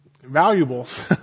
Valuables